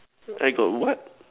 I got what